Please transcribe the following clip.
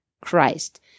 Christ